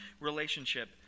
relationship